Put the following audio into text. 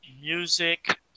music